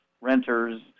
renters